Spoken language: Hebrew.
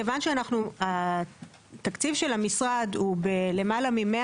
כיוון שהתקציב של המשרד הוא בלמעלה מ-100